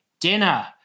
dinner